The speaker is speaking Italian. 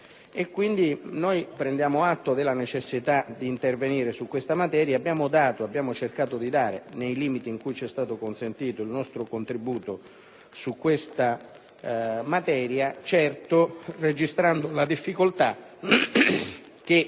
Quindi, prendiamo atto della necessità di intervenire su questa materia e a tal fine abbiamo cercato di dare - nei limiti in cui ci è stato consentito - il nostro contributo, certo registrando la difficoltà che